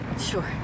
Sure